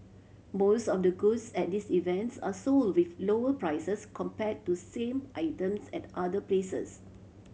most of the goods at this events are sold with lower prices compared to same items at other places